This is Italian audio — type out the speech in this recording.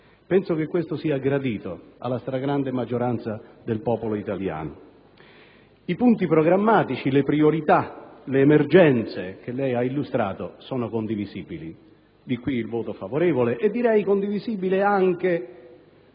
Penso che ciò sia gradito alla stragrande maggioranza del popolo italiano. I punti programmatici, le priorità, le emergenze che lei ha illustrato sono condivisibili e ciò giustifica il nostro voto favorevole. È condivisibile anche